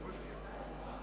הוא לא מדבר.